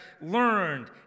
learned